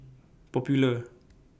Popular